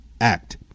Act